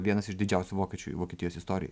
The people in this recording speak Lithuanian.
vienas iš didžiausių vokiečių vokietijos istorijoj